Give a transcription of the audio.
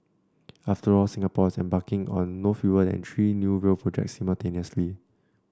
after all Singapore is embarking on no fewer than three new rail projects simultaneously